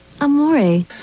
Amore